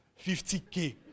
50k